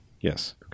Yes